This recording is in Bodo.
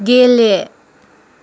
गेले